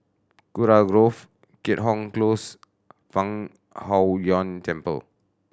Kurau Grove Keat Hong Close Fang Huo Yuan Temple